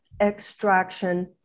extraction